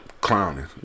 clowning